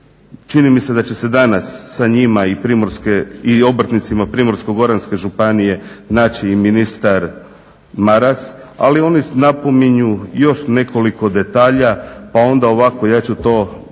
Čini mi se da će se danas sa njima i obrtnicima Primorsko-goranske županije naći i ministar Maras, ali oni napominju još nekoliko detalja, pa onda ovako ja ću to